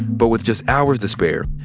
but with just hours to spare,